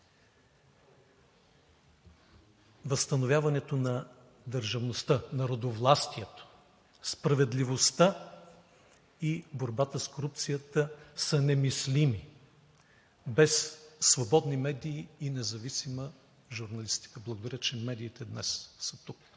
Възстановяването на държавността, народовластието, справедливостта и борбата с корупцията са немислими без свободни медии и независима журналистика. Благодаря, че медиите днес са тук.